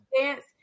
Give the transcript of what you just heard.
dance